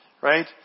right